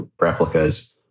Replica's